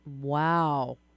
Wow